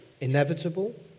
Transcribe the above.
inevitable